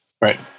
Right